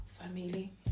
Family